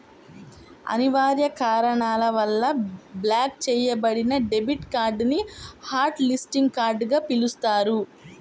అనివార్య కారణాల వల్ల బ్లాక్ చెయ్యబడిన డెబిట్ కార్డ్ ని హాట్ లిస్టింగ్ కార్డ్ గా పిలుస్తారు